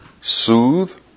soothe